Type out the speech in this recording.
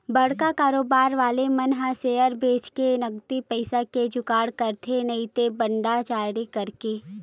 बड़का कारोबार वाले मन ह सेयर बेंचके नगदी पइसा के जुगाड़ करथे नइते बांड जारी करके